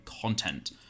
content